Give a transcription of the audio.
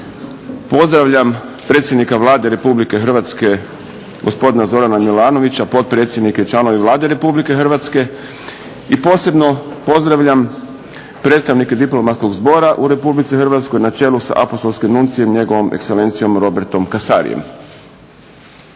Pozdravljam predsjednika Vlade Republike Hrvatske gospodina Zorana Milanovića, potpredsjednika i članove Vlade RH. I posebno pozdravljam predstavnike diplomatskog zbora u RH na čelu sa apostolskim nuncijem njegovom ekscelencijom Robertom Kasarijem.